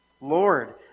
Lord